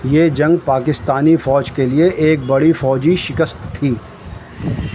یہ جنگ پاکستانی فوج کے لیے ایک بڑی فوجی شکست تھی